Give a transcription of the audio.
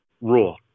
rule